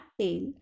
tail